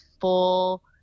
full